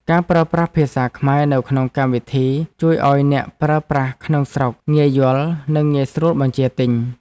ការប្រើប្រាស់ភាសាខ្មែរនៅក្នុងកម្មវិធីជួយឱ្យអ្នកប្រើប្រាស់ក្នុងស្រុកងាយយល់និងងាយស្រួលបញ្ជាទិញ។